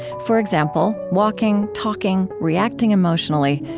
for example walking, talking, reacting emotionally,